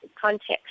context